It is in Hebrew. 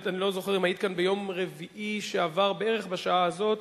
אני לא זוכר אם היית כאן ביום רביעי שעבר בערך בשעה הזאת.